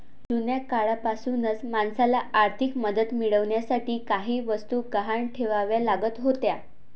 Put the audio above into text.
जुन्या काळापासूनच माणसाला आर्थिक मदत मिळवण्यासाठी काही वस्तू गहाण ठेवाव्या लागत होत्या